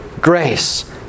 grace